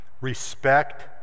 respect